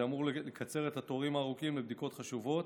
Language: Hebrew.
זה אמור לקצר את התורים הארוכים לבדיקות חשובות.